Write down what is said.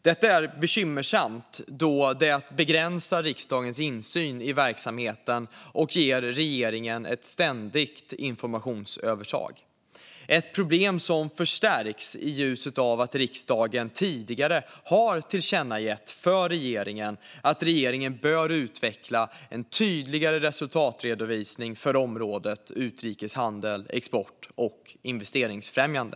Detta är bekymmersamt då det begränsar riksdagens insyn i verksamheten och ger regeringen ett ständigt informationsövertag. Det är ett problem som förstärks i ljuset av att riksdagen tidigare har tillkännagett för regeringen att regeringen bör utveckla en tydligare resultatredovisning för området utrikeshandel, export och investeringsfrämjande.